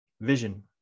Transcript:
vision